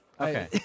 Okay